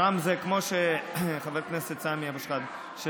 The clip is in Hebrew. אומנם, חבר הכנסת סמי שחאדה, זה